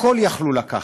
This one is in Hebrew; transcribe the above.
הכול יכלו לקחת,